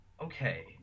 Okay